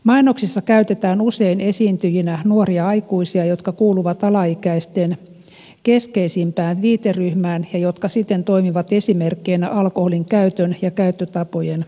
mainoksissa käytetään usein esiintyjinä nuoria aikuisia jotka kuuluvat alaikäisten keskeisimpään viiteryhmään ja jotka siten toimivat esimerkkeinä alkoholinkäytön ja käyttötapojen omaksumisessa